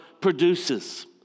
produces